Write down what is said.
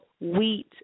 wheat